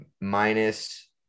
minus –